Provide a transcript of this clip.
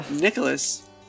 Nicholas